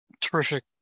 terrific